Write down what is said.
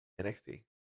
nxt